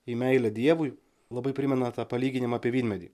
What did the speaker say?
į meilę dievui labai primena tą palyginimą apie vynmedį